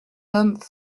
homme